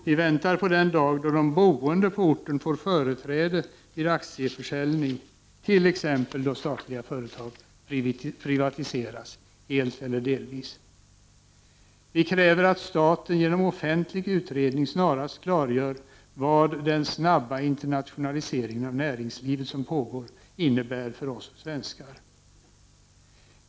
Vi väntar på den dag då de boende på orten får företräde vid aktieförsäljning, t.ex. då statliga företag privatiseras helt eller delvis. Vi kräver att staten genom en offentlig utredning snarast klargör vad den snabba internationalisering av näringslivet som pågår innebär för oss svenskar.